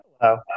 Hello